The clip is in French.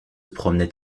promenait